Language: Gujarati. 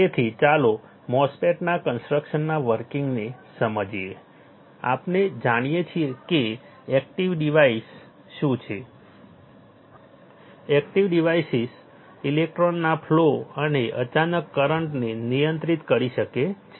તેથી ચાલો MOSFET ના કન્સ્ટ્રકશનના વર્કિંગને સમજીએ આપણે જાણીએ છીએ કે એકટીવ ડિવાસીસ શું છે એકટીવ ડિવાસીસ ઇલેક્ટ્રોનના ફ્લો અને અચાનક કરંટને નિયંત્રિત કરી શકે છે